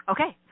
Okay